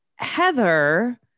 Heather